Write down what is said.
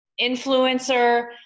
influencer